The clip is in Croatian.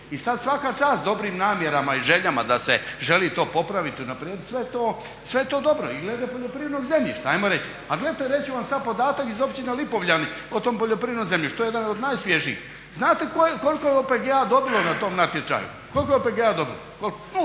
I sada svaka čast dobrim namjerama i željama da se želi to popraviti i unaprijediti, sve je to dobro i glede poljoprivrednog zemljišta ajmo reći. Ali gledajte reći ću vam sada podatak iz općine Lipovljani o tom poljoprivrednom zemljištu, to je jedan od najsvježijih. Znate koliko je OPG-a dobilo na tom natječaju? Koliko je OPG-a dobilo? Nula,